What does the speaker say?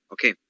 Okay